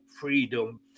freedom